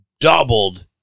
doubled